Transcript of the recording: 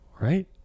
Right